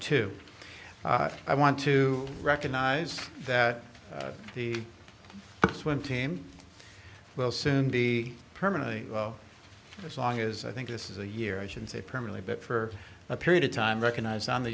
too i want to recognize that the swim team will soon be permanently as long as i think this is a year i should say permanently but for a period of time recognize on the